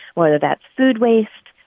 whether that's food waste.